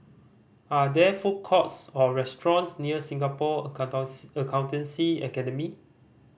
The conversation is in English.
are there food courts or restaurants near Singapore Accountancy Academy